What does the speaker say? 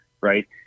right